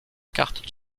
carte